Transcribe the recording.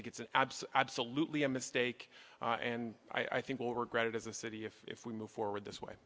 think it's an absolute absolutely a mistake and i think will regret it as a city if if we move forward this way